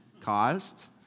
caused